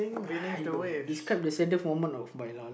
either way describe the saddest moment of my life